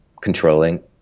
controlling